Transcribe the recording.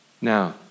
Now